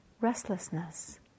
restlessness